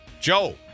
Joe